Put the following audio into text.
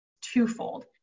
twofold